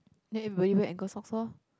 then everybody wear ankle socks loh